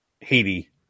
Haiti